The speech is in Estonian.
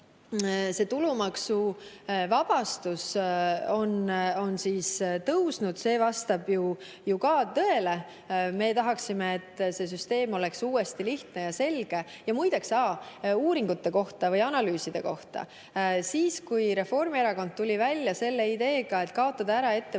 et tulumaksuvabastus on tõusnud, vastab ju ka tõele. Me tahaksime, et see süsteem oleks uuesti lihtne ja selge. Ja muideks, [lisan veel] uuringute või analüüside kohta. Siis kui Reformierakond tuli välja selle ideega, et kaotada ära ettevõtte